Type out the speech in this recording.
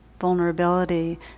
vulnerability